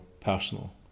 personal